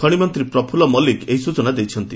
ଖଶିମନ୍ତୀ ପ୍ରଫୁଲ୍ଲ ମଲ୍ଲିକ ଏହି ସୂଚନା ଦେଇଛନ୍ତି